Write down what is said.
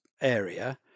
area